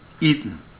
eaten